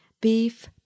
beef